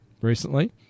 recently